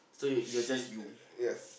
she yes